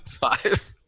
Five